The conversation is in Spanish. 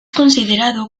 considerado